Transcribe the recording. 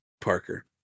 Parker